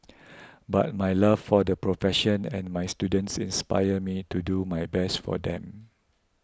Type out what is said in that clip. but my love for the profession and my students inspires me to do my best for them